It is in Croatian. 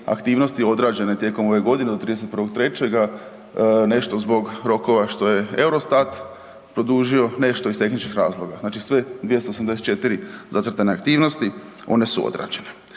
aktivnosti odrađene tijekom ove godine do 31.3., nešto zbog rokova što je Eurostat produžio, nešto iz tehničkih razloga. Znači sve 284 zacrtane aktivnosti, one su odrađene.